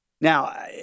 Now